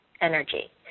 energy